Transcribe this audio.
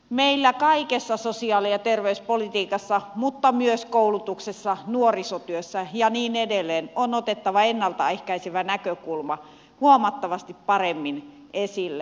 meillä kaikessa sosiaali ja terveyspolitiikassa mutta myös koulutuksessa nuorisotyössä ja niin edelleen on otettava ennaltaehkäisyn näkökulma huomattavasti paremmin esille